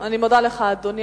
לא מחייב הצבעה.